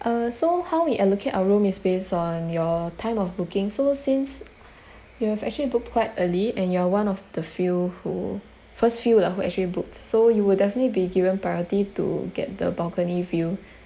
uh so how we allocate our room is based on your time of booking so since you have actually booked quite early and you are one of the few who first few lah who actually booked so you will definitely be given priority to get the balcony view